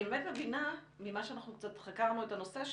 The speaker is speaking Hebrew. אני באמת מבינה ממה שאנחנו קצת חקרנו את הנושא,